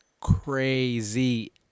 crazy